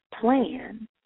Plan